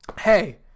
hey